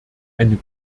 eine